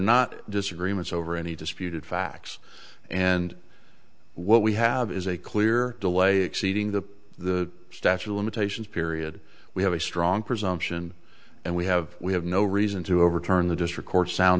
not disagreements over any disputed facts and what we have is a clear delay exceeding the statue of limitations period we have a strong presumption and we have we have no reason to overturn the district court's sound